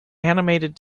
animated